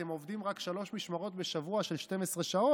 אתם עובדים רק שלוש משמרות בשבוע של 12 שעות,